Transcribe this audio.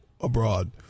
abroad